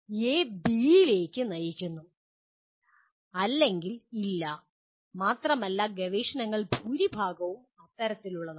A ബിയിലേക്ക് നയിക്കുന്നു അല്ലെങ്കിൽ ഇല്ല മാത്രമല്ല ഗവേഷണങ്ങളിൽ ഭൂരിഭാഗവും അത്തരത്തിലുള്ളതാണ്